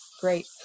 great